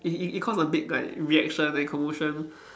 it it it caused a big like reaction and commotion